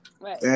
Right